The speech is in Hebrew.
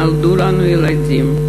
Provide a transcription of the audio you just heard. נולדו לנו ילדים,